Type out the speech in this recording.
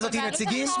לוועדה הזאת נציגים,